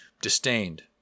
disdained